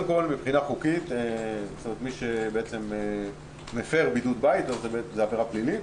מבחינה חוקית מי שמפר בידוד בית זה עבירה פלילית,